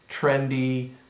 trendy